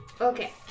Okay